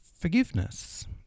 forgiveness